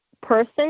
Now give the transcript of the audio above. person